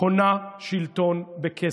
קונה שלטון בכסף.